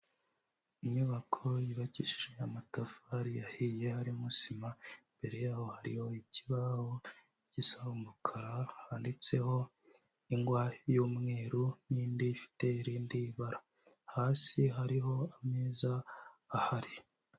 Inyubako yubakishije amatafari ahiye, harimo sima imbere yaho hariyo ikibaho gisa umbukara, handitseho ingwa y'umweru n'indi ifite irindi bara, hasi hariho ameza ahari.